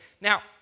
Now